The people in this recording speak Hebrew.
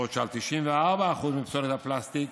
בעוד שעל 94% מפסולת הפלסטיק